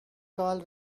carl